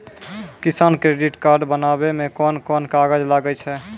किसान credit card बनाबै मे कोन कोन कागज लागै छै?